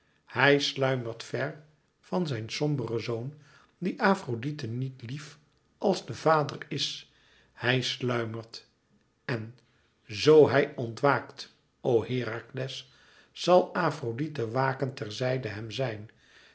hij sluimert ver van zijn somberen zoon die afrodite niet lief als de vader is hij sluimert en zoo hij ontwaakt o herakles zal afrodite wakend ter zijde hem zijn